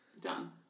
Done